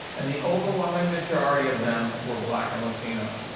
and the overwhelming majority of them were black and latino.